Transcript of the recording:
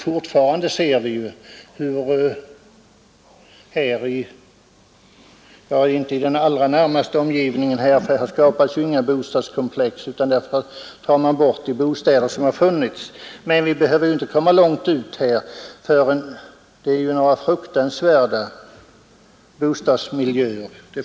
I vår allra närmaste omgivning uppförs det inga bostadskomplex — där tar man bort de bostäder som har funnits — men vi behöver inte komma långt ut förrän vi finner rent fruktansvärda bostadsmiljöer.